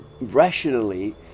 rationally